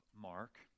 Mark